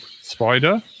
spider